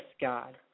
God